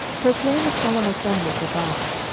proclaim a solemn assembly for baal.